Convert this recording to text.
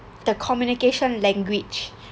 the communication language